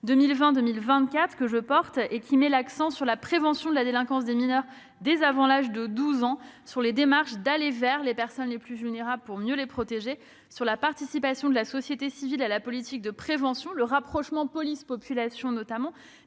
2020-2024 que je porte. Cette stratégie met l'accent sur la prévention de la délinquance des mineurs dès avant l'âge de 12 ans ; sur les démarches d'aller vers les personnes les plus vulnérables pour mieux les protéger ; sur la participation de la société civile à la politique de prévention et sur le rapprochement entre la police